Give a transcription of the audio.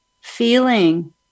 feeling